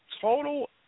total